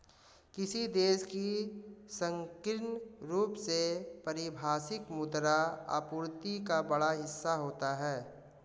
किसी देश की संकीर्ण रूप से परिभाषित मुद्रा आपूर्ति का बड़ा हिस्सा होता है